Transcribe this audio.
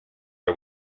are